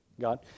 God